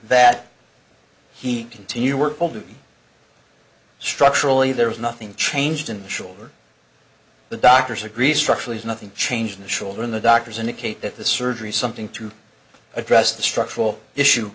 do structurally there is nothing changed in the shoulder the doctors agree structurally is nothing changed in the children the doctors indicate that the surgery something to address the structural issue